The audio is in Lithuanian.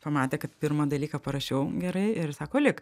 pamatė kad pirmą dalyką parašiau gerai ir sako lik